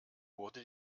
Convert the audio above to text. wurde